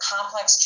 Complex